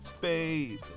babe